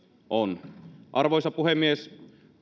on arvoisa puhemies